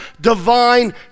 divine